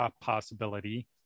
possibility